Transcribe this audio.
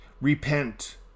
Repent